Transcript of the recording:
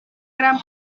gran